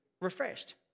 refreshed